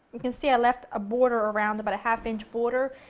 you can see i left a border around about a half inch border,